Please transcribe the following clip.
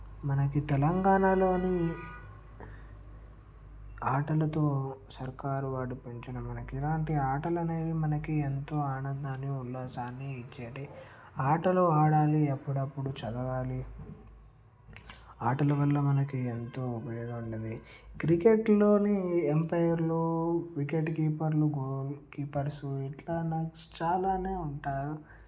మనకి తెలంగాణలోని ఆటలతో సర్కారు వాడి పెంచడం మనకు ఎలాంటి ఆటలు అనేది మనకి ఎంతో ఆనందాన్ని ఉల్లాసాన్ని ఇచ్చేటివి ఆటలో ఆడాలి అప్పుడప్పుడు చదవాలి ఆటలు వల్ల మనకు ఎంతో ఉపయోగం ఉంటుంది క్రికెట్లోని ఎంపైర్లు వికెట్ కీపర్లు కీపర్స్ ఇట్లానే చాలానే ఉంటా